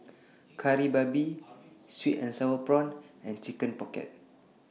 Kari Babi Sweet and Sour Prawns and Chicken Pocket